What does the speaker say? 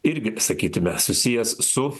irgi sakytume susijęs su